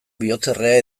bihotzerrea